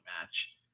match